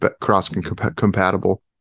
cross-compatible